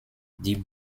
die